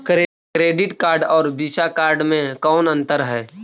Credit card और Visa card मे कौन अन्तर है?